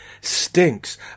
stinks